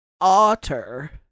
otter